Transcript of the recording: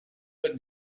but